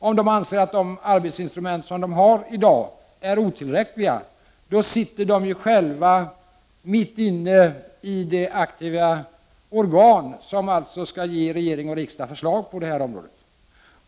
Om de anser att de arbetsinstrument som de i dag har är otillräckliga sitter de ju själva mitt i det aktiva organ som skall ge regering och riksdag förslag på detta område.